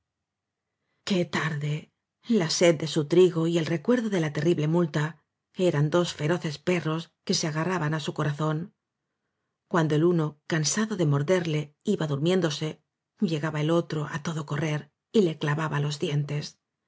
qué tarde la sed de su trigo y el recuer do de la terrible multa eran dos feroces perros que se agarraban á su corazón cuando el uno cansado de morderle iba durmiéndose llegaba el otro á todo correr y le clavaba los dientes